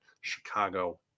Chicago